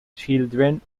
children